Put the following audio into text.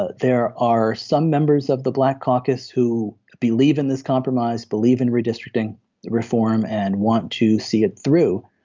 ah there are some members of the black caucus who believe in this compromise believe in redistricting reform and want to see it through.